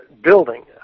building